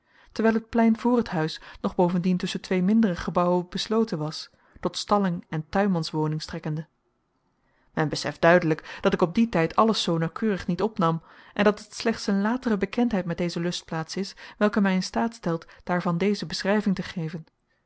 terwijl het plein voor het huis nog bovendien tusschen twee mindere gebouwen besloten was tot stalling en tuinmanswoning strekkende men beseft duidelijk dat ik op dien tijd alles zoo nauwkeurig niet opnam en dat het slechts een latere bekendheid met deze lustplaats is welke mij in staat stelt daarvan deze beschrijving te geven